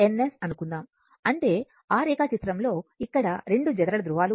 అనుకుందాం అంటే ఆ రేఖాచిత్రంలో ఇక్కడ 2 జతల ధ్రువాలు ఉన్నాయి